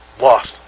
Lost